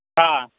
ஆ